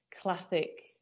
classic